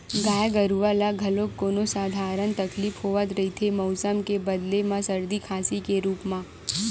गाय गरूवा ल घलोक कोनो सधारन तकलीफ होवत रहिथे मउसम के बदले म सरदी, खांसी के रुप म